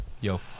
Yo